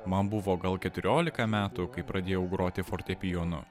man buvo gal keturiolika metų kai pradėjau groti fortepijonu